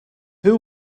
who